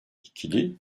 i̇kili